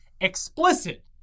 explicit